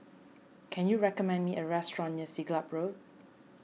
can you recommend me a restaurant near Siglap Road